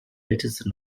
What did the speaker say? älteste